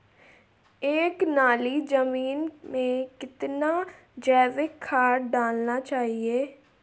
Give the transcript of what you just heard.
एक नाली जमीन में कितना जैविक खाद डालना चाहिए?